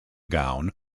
gown